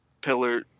Pillar